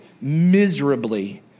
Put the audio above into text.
miserably